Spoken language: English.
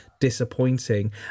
disappointing